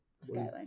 skyline